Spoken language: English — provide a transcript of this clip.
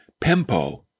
pempo